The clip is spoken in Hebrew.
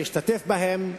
להשתתף בהם.